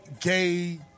gay